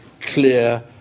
clear